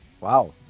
Wow